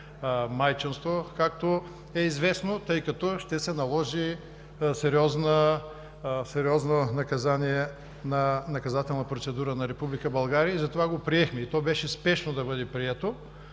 майчинство, както е известно, тъй като ще се наложи сериозно наказание на наказателна процедура на Република България. Затова го приехме, и то беше спешно да бъде прието.